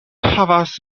havas